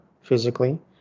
physically